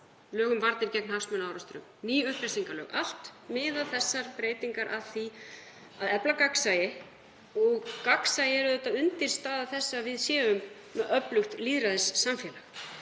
lög um varnir gegn hagsmunaárekstrum, ný upplýsingalög. Allar miða þessar breytingar að því að efla gagnsæi og gagnsæi er undirstaða þess að við séum með öflugt lýðræðissamfélag.